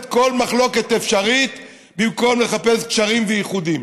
כל מחלוקת אפשרית במקום לחפש קשרים ואיחודים.